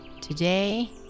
Today